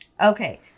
Okay